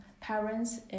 parents